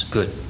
Good